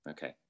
Okay